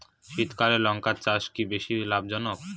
শীতকালে লঙ্কা চাষ কি বেশী লাভজনক?